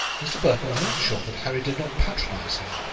mr. burton was not sure that harry did not patronize him.